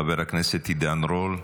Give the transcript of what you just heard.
חבר הכנסת עידן רול.